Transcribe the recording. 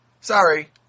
Sorry